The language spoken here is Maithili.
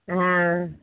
हँ